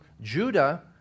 Judah